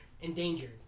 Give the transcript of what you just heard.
endangered